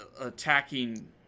attacking